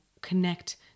connect